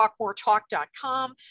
talkmoretalk.com